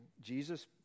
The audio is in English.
Jesus